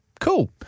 Cool